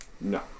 No